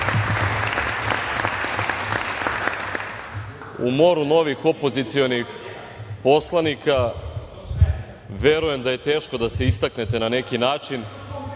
moru novih opozicionih poslanika verujem da je teško da se istaknete na neki način